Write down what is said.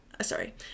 Sorry